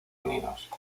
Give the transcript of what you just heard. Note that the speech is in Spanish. unidos